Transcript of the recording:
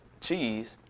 cheese